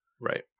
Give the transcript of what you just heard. right